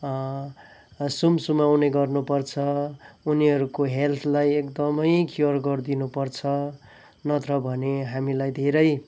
सुमसुमाउने गर्नु पर्छ उनीहरूको हेल्थलाई एकदमै क्युर गरिदिनु पर्छ नत्र भने हामीलाई धेरै